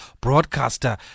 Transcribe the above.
broadcaster